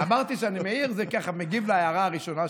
אמרתי שאני מעיר להערה הראשונה שלך.